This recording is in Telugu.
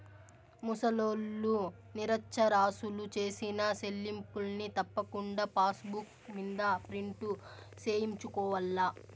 ముసలోల్లు, నిరచ్చరాసులు సేసిన సెల్లింపుల్ని తప్పకుండా పాసుబుక్ మింద ప్రింటు సేయించుకోవాల్ల